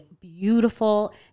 beautiful